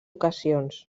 ocasions